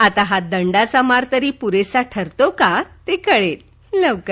आता हा दंडाचा मार तरी पुरेसा ठरतो का ते कळेलच लवकर